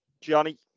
Johnny